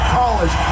college